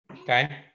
Okay